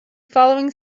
following